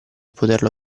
poterlo